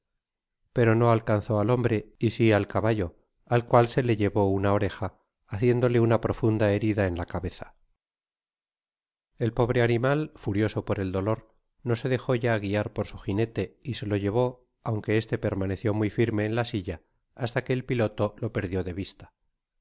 pero no alcanzó al hombre y si al caballo al cual se le llevó una oreja haciéndole una profunda herida en la cabeza el pobre animal furioso por el dolor no se dejó ya guiar por su ginete y se lo llevó adnque este permanecio muy firme en la silla hasta que el piloto lo perdió de v